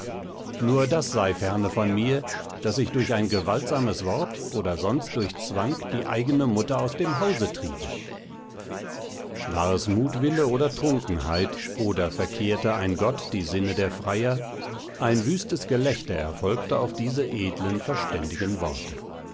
nur das sei ferne von mir daß ich durch ein gewaltsames wort oder sonst durch zwang die eigene mutter aus dem hause triebe war es mutwille oder trunkenheit oder verkehrte ein gott die sinne der freier ein wüstes gelächter erfolgte auf diese edlen verständigen worte